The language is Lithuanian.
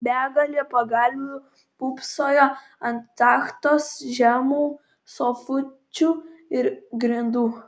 begalė pagalvių pūpsojo ant tachtos žemų sofučių ir grindų